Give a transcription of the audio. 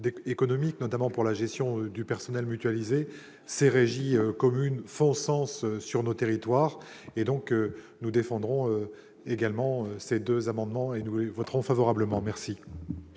notamment pour la gestion du personnel mutualisé, ces régies communes font sens sur nos territoires. Nous défendrons donc également ces deux amendements et les voterons. Je mets aux